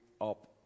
up